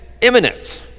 imminent